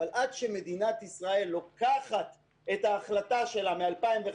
אבל עד שמדינת ישראל לוקחת את ההחלטה שלה מ-2015